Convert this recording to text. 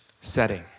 setting